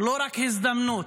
אבל מה אתה חושב על הרבנות?